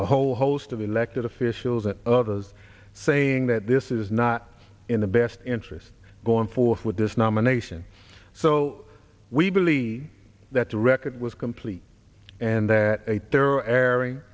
a whole host of elected officials and others saying that this is not in the best interest going forth with this nomination so we believe that the record was complete and that they're airing